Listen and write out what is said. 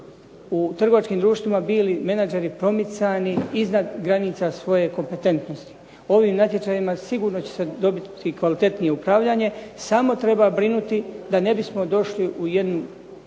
u trgovačkim društvima bili menagera promicani iznad granica svoje kompetentnosti. Ovim natječajima sigurno će se dobiti kvalitetnije upravljanje, samo treba brinuti da ne bismo dobili jednu